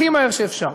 הכי מהר שאפשר.